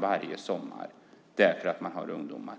varje sommar uppstår därför att man har ungdomar.